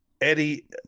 Eddie